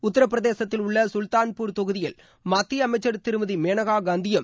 உத்தரப்பிரதேசத்தில் உள்ள கல்தான்பூர் தொகுதியில் மத்திய அமைச்சர் திருமதி மேனகாகாந்தியும்